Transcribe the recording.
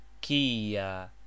Kia